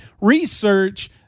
research